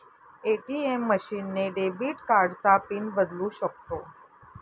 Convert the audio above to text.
ATM machine ने debit कार्डचा PIN बदलू शकतो